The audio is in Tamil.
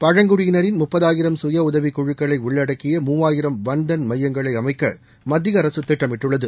பழங்குடியினரின் முப்பதாயிரம் சுயஉதவிக்குழுக்களை உள்ளடக்கிய மூவாயிரம் வன்தன் மையங்களை அமைக்க மத்திய அரசு திட்டமிட்டுள்ளது